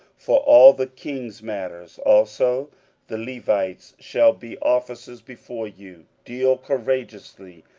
for all the king's matters also the levites shall be officers before you. deal courageously,